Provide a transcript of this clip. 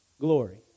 Glory